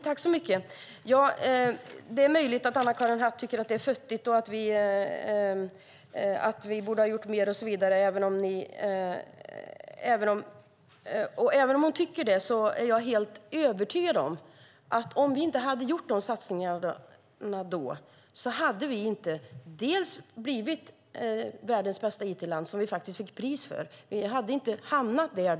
Fru talman! Det är möjligt att Anna-Karin Hatt tycker att det vi gjorde var futtigt, att vi borde ha gjort mer och så vidare. Men även om hon tycker det är jag helt övertygad om att om vi inte hade gjort nämnda satsningar hade Sverige inte blivit världens bästa it-land - vi har ju fått pris för det. Vi hade då inte hamnat där.